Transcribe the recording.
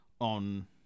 on